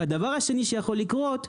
הדבר השני שיכול לקרות,